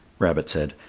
rabbit said,